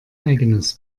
eigenes